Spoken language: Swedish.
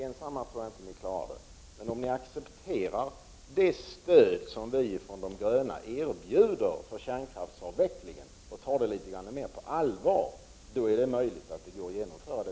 Ensamma klarar ni det inte, men om ni accepterar det stöd som vi från miljöpartiet de gröna erbjuder för kärnkraftsavvecklingen och tar det mer på allvar är det möjligt att det går att genomföra.